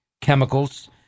chemicals